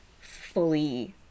fully